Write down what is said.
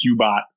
Qbot